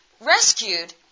rescued